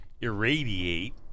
irradiate